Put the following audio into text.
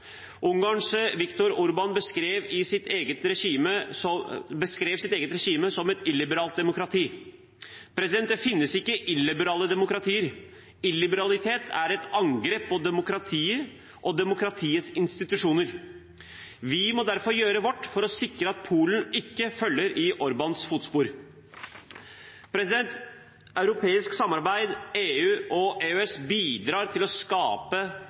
Viktor Orbán beskrev sitt eget regime som «et illiberalt demokrati». Det finnes ikke illiberale demokratier. Illiberalitet er et angrep på demokratiet og demokratiets institusjoner. Vi må derfor gjøre vårt for å sikre at Polen ikke følger i Orbáns fotspor. Europeisk samarbeid, EU og EØS bidrar til å skape